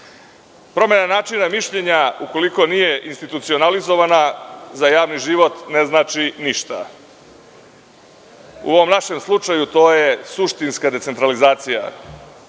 ideja. Promena načina mišljenja ukoliko nije institucionalizovana za javni život ne znači ništa. U ovom našem slučaju to je suštinska decentralizacija.